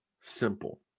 simple